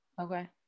Okay